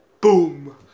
Boom